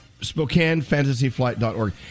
SpokaneFantasyFlight.org